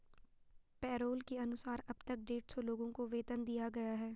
payroll के अनुसार अब तक डेढ़ सौ लोगों को वेतन दिया गया है